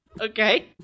okay